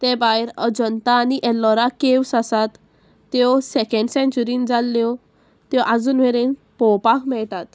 ते भायर अजंता आनी एल्लोरा केव्स आसात त्यो सेकेंड सेंच्युरीन जाल्ल्यो त्यो आजून मेरेन पळोवपाक मेळटात